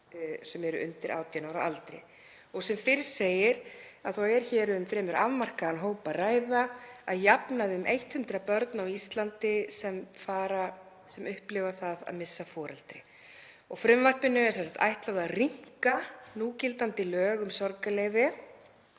sem eru undir 18 ára aldri. Sem fyrr segir er hér um fremur afmarkaðan hóp að ræða. Að jafnaði eru um 100 börn á Íslandi sem upplifa það að missa foreldri og frumvarpinu er sem sagt ætlað að rýmka núgildandi lög um sorgarleyfi